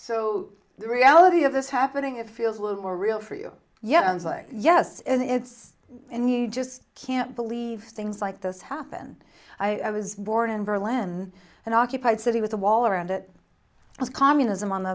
so the reality of this happening a field a little more real for you yes yes and it's and you just can't believe things like this happen i was born in berlin and occupied city with a wall around it was communism on the